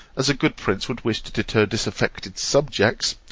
as a good prince would wish to deter disaffected subjects,